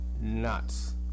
nuts